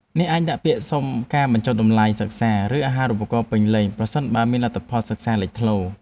អ្នកអាចដាក់ពាក្យសុំការបញ្ចុះតម្លៃសិក្សាឬអាហារូបករណ៍ពេញលេញប្រសិនបើមានលទ្ធផលសិក្សាលេចធ្លោ។